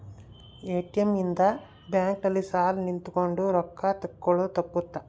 ATM ಇಂದ bank ಅಲ್ಲಿ ಸಾಲ್ ನಿಂತ್ಕೊಂಡ್ ರೊಕ್ಕ ತೆಕ್ಕೊಳೊದು ತಪ್ಪುತ್ತ